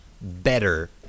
better